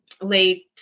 late